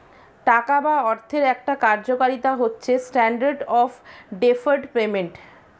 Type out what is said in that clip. টাকা বা অর্থের একটা কার্যকারিতা হচ্ছে স্ট্যান্ডার্ড অফ ডেফার্ড পেমেন্ট